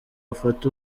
afate